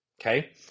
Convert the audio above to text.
okay